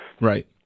Right